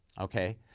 okay